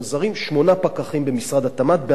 שמונה פקחים במשרד התמ"ת בארבעה צוותים.